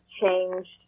changed